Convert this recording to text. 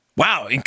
Wow